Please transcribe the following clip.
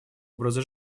образа